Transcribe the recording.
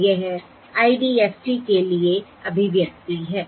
यह IDFT के लिए अभिव्यक्ति है